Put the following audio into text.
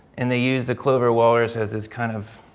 and they use the clover walrus as this kind of